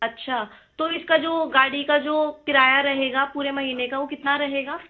अच्छा तो इसका जो गाड़ी का जो किराया रहेगा पूरे महीने का वो कितना रहेगा